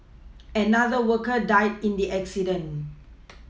another worker died in the accident